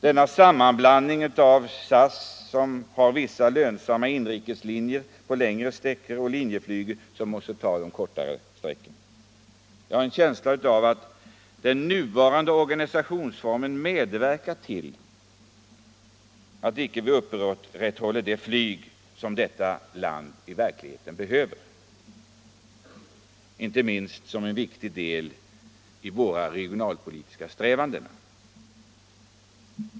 De innebär att inrikesflyget omhänderhas dels av SAS, som har vissa lönsamma inrikeslinjer på längre sträckor, dels av Linjeflyg, som måste ta de kortare sträckorna. Jag har en känsla av att den nuvarande organisationsformeri medverkar till att vi här i landet icke upprätthåller det inrikesflyg som vi i verkligheten behöver, inte minst med hänsyn till våra regionalpolitiska strävanden.